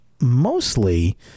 mostly